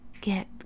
get